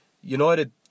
United